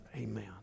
Amen